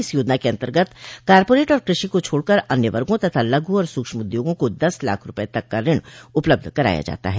इस योजना के अन्तर्गत कॉरपोरेट और कृषि को छोडकर अन्य वर्गों तथा लघु और सुक्ष्म उद्यमों को दस लाख रूपये तक का ऋण उपलब्ध कराया जाता है